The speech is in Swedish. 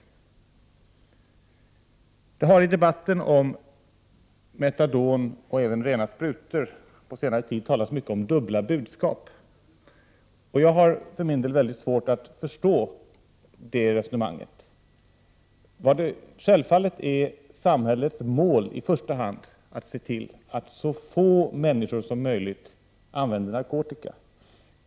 Det har på senare tid i debatten om metadon och om rena sprutor talats mycket om dubbla budskap. Jag har för min del mycket svårt att förstå detta resonemang. Samhällets mål är självfallet i första hand att se till att så få människor som möjligt använder narkotika.